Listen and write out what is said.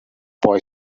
boy